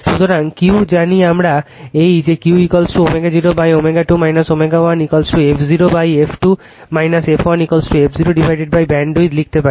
সুতরাং Q জানি আমরা এই Qω 0 ω 2 ω 1 f 0f 2 f 1f 0 bandwidth লিখতে পারি